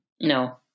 No